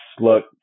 look